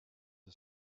the